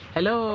Hello